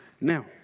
now